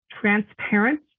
transparent